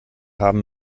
haben